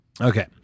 Okay